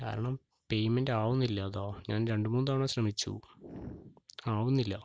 കാരണം പേയ്മെന്റ് ആവുന്നില്ല അതാണ് ഞാൻ രണ്ടു മൂന്നു തവണ ശ്രമിച്ചു ആവുന്നില്ല